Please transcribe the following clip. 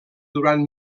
durant